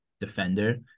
defender